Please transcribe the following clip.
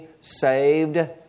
saved